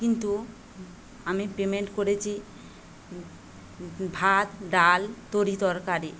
কিন্তু আমি পেমেন্ট করেছি ভাত ডাল তরিতরকারি